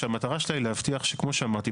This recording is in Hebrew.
שהמטרה שלה היא להבטיח כמו שאמרתי,